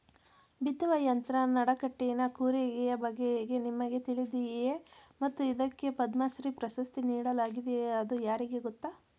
ಬಿತ್ತುವ ಯಂತ್ರ ನಡಕಟ್ಟಿನ ಕೂರಿಗೆಯ ಬಗೆಗೆ ನಿಮಗೆ ತಿಳಿದಿದೆಯೇ ಮತ್ತು ಇದಕ್ಕೆ ಪದ್ಮಶ್ರೀ ಪ್ರಶಸ್ತಿ ನೀಡಲಾಗಿದೆ ಅದು ಯಾರಿಗೆ ಗೊತ್ತ?